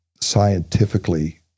scientifically